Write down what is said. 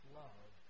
love